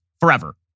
forever